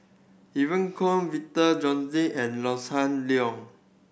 Evon Kow Victor Doggett and Hossan Leong